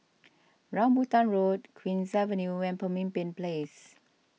Rambutan Road Queen's Avenue and Pemimpin Place